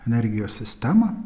energijos sistemą